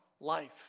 life